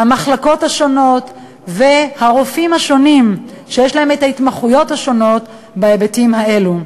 למחלקות השונות ולרופאים השונים שיש להם את המומחיות בהיבטים האלה.